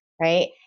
right